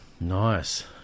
Nice